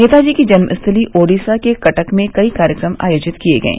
नेताजी की जन्मस्थली ओडिसा के कटक में कई कार्यक्रम आयोजित किये गये